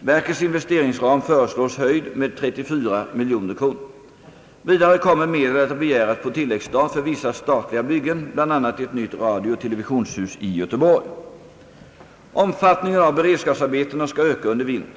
Verkets investeringsram föreslås höjd med 34 miljoner kronor. Vidare kommer medel att begäras på tilläggsstat för vissa statliga byggen, bland annat ett nytt radiooch televisionshus i Göteborg. Omfattningen av beredskapsarbetena skall öka under vintern.